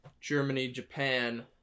Germany-Japan